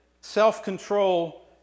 Self-control